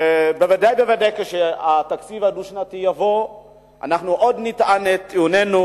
בוודאי ובוודאי שכשהתקציב הדו-שנתי יבוא אנחנו עוד נטען את טיעונינו.